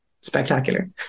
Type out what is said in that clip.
spectacular